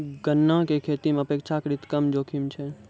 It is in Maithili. गन्ना के खेती मॅ अपेक्षाकृत कम जोखिम छै